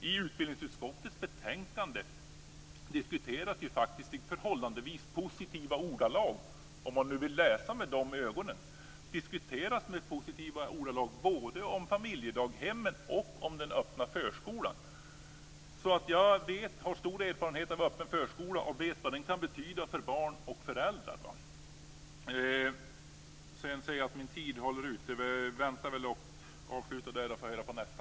I utbildningsutskottets betänkande diskuteras ju faktiskt i förhållandevis positiva ordalag - om man nu vill läsa med de ögonen - både familjedaghemmen och den öppna förskolan. Jag har stor erfarenhet av öppen förskola och vet vad den kan betyda för barn och föräldrar. Jag ser att min tid börjar ta slut, så jag får komma tillbaka till detta.